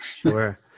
Sure